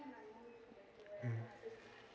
mm